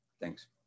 Thanks